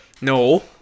No